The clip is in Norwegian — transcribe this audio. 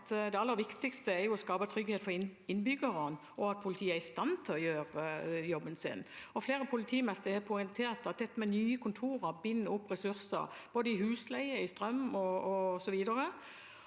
det aller viktigste er å skape trygghet for innbyggerne, og at poli tiet er i stand til å gjøre jobben sin. Flere politimestre har poengtert at nye kontorer binder opp ressurser i både husleie, strøm osv.,